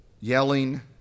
Yelling